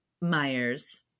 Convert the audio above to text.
Myers